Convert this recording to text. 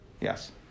Yes